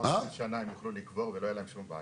עוד מאה שנים הם יוכלו לקבור ולא תהיה להם שום בעיה.